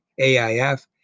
AIF